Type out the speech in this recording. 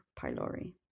pylori